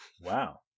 Wow